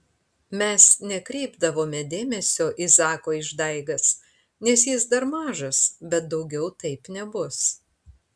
mes nekreipdavome dėmesio į zako išdaigas nes jis dar mažas bet daugiau taip nebus